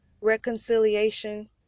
reconciliation